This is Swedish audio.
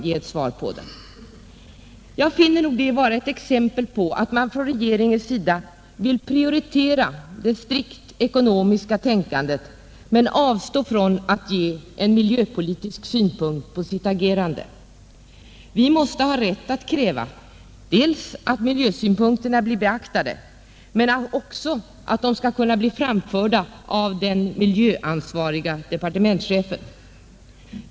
Detta anser jag vara ett exempel på att man från regeringens sida vill prioritera det strikt ekonomiska tänkandet men avstå från att ge en miljöpolitisk syn på sitt agerande. Vi måste ha rätt att kräva att miljösynpunkterna blir beaktade men också att de blir framförda av den miljöansvarige departementschefen.